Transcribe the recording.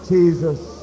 Jesus